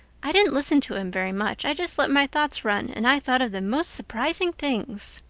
i didn't listen to him very much. i just let my thoughts run and i thought of the most surprising things.